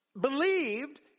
believed